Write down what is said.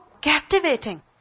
captivating